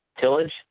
tillage